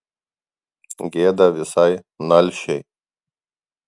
gėda visai nalšiai